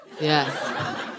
Yes